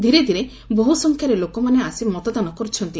ଧୀରେ ଧୀରେ ବହ୍ରସଂଖ୍ୟାରେ ଲୋକମାନେ ଆସି ମତଦାନ କର୍ରଛନ୍ତି